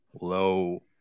low